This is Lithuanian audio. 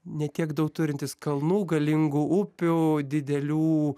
ne tiek daug turintys kalnų galingų upių didelių